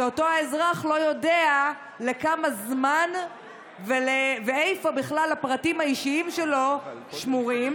אותו אזרח לא יודע לכמה זמן ואיפה בכלל הפרטים האישיים שלו שמורים.